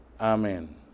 Amen